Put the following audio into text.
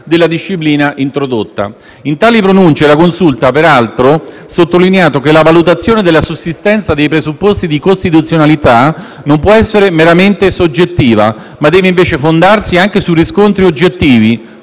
della disciplina introdotta». In tali pronunce la Consulta ha peraltro sottolineato che la valutazione della sussistenza dei presupposti di costituzionalità non può essere meramente soggettiva, ma deve invece fondarsi anche su riscontri oggettivi,